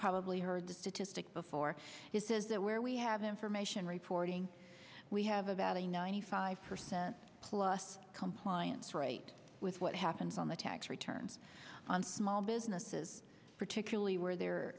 probably heard the statistic before it says that where we have information reporting we have about a ninety five percent plus compliance rate with what happens on the tax return on small businesses particularly where they're